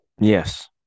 Yes